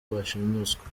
bashimuswe